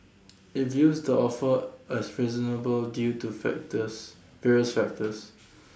IT views the offer as reasonable due to factors various factors